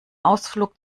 ausflug